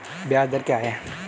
ब्याज दर क्या है?